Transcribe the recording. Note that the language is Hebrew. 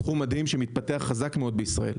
זה תחום מדהים שמתפתח חזק מאוד בישראל.